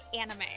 anime